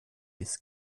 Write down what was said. bis